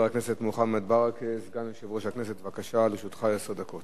נעבור להצעות לסדר-היום מס'